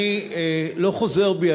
אני לא חוזר בי,